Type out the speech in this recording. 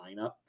lineup